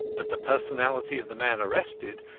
but the personality of the man arrested,